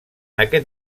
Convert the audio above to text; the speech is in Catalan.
aquest